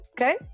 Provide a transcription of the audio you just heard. Okay